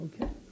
Okay